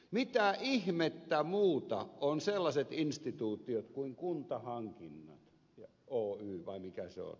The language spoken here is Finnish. mitä ihmettä muuta ovat sellaiset instituutiot kuin kl kuntahankinnat oy vai mikä se on